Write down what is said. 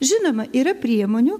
žinoma yra priemonių